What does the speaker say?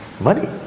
Money